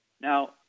Now